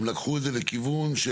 הם לקחו את זה לכיוון של,